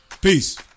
Peace